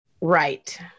Right